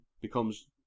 becomes